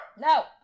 no